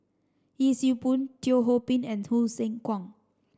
Yee Siew Pun Teo Ho Pin and Hsu Tse Kwang